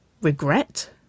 Regret